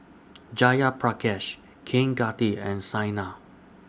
Jayaprakash Kaneganti and Saina